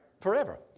Forever